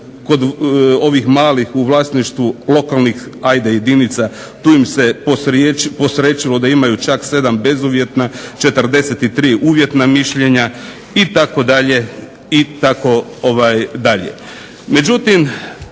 kod ovih malih u vlasništvu lokalnih ajde jedinica, tu im se posrećilo da imaju čak 7 bezuvjetna, 43 uvjetna mišljenja itd.